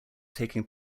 taking